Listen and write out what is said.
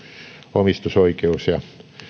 omistusoikeus ja